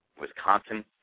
Wisconsin